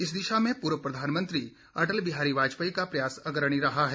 इस दिशा में पूर्व प्रधानमंत्री अटल बिहारी वाजपेयी का प्रयास अग्रणी रहा है